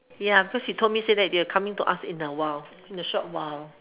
ya because she told me say that they'll come in to ask in a while in a short while